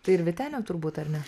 tai ir vytenė turbūt ar ne